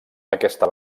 aquesta